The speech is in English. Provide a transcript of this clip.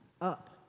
Up